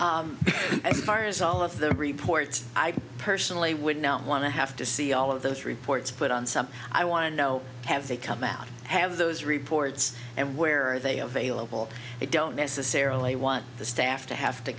certainly as far as all of the reports i personally would not want to have to see all of those reports put on some i want to know have they come out have those reports and where are they available they don't necessarily want the staff to have to